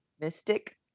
Mystic